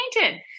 painted